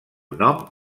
nom